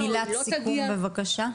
מילת סיכום בבקשה.